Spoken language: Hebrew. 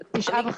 זה תשעה מיליון